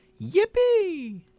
Yippee